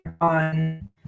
on